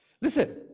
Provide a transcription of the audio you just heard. Listen